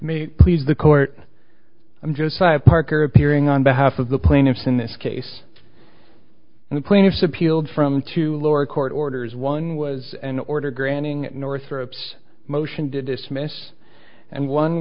me please the court i'm just five parker appearing on behalf of the plaintiffs in this case the plaintiffs appealed from two lower court orders one was an order granting northrop's motion to dismiss and one